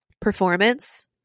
performance